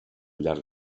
llarg